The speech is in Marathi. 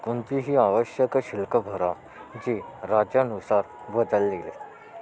कोणतीही आवश्यक शिल्लक भरा जी राज्यानुसार बदललेली आहे